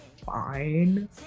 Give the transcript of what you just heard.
fine